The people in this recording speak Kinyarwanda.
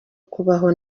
kubaho